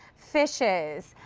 fishes,